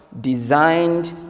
designed